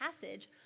passage